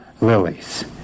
lilies